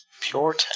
Pure